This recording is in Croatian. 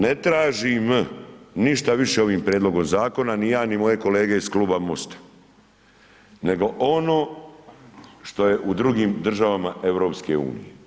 Ne tražim ništa više ovim prijedlogom zakona ni ja ni moje kolege iz Kluba MOST-a, nego ono što je u drugim država EU.